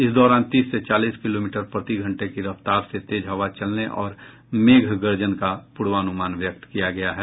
इस दौरान तीस से चालीस किलोमीटर प्रति घंटे की रफ्तार से तेज हवा चलने और मेघ गर्जन का पूर्वानुमान व्यक्त किया गया है